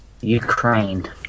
Ukraine